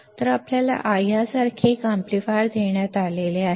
तर आपल्याला यासारखे एक एम्पलीफायर देण्यात आले आहे